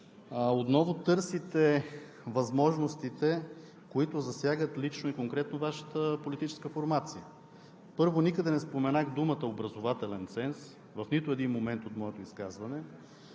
отново търсите възможностите, които засягат лично и конкретно Вашата политическа формация. Първо, никъде не споменах „образователен ценз“ – в нито един момент от моето изказване.